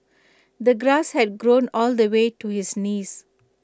the grass had grown all the way to his knees